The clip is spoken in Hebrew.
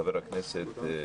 חבר הכנסת,